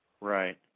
Right